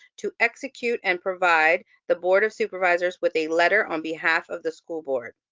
to execute and provide the board of supervisors with a letter on behalf of the school board.